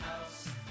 house